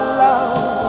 love